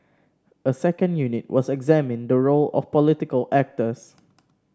a second unit was examining the role of political actors